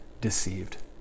deceived